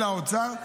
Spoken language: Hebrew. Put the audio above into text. אלא האוצר.